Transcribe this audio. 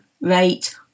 rate